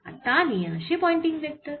আর তা নিয়ে আসে পয়েন্টিং ভেক্টর